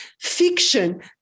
Fiction